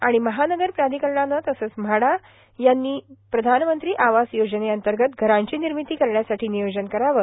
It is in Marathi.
तसेच महानगर प्राधिकरणाने तसेच म्हाडा यांनी प्रधानमंत्री आवास योजनेअंतगत घरांची र्नामती करण्यासाठी र्नियोजन करावे